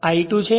આ E 2 છે